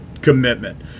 commitment